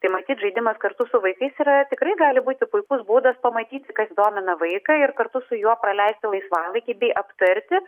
tai matyt žaidimas kartu su vaikais yra tikrai gali būti puikus būdas pamatyti kas domina vaiką ir kartu su juo praleisti laisvalaikį bei aptarti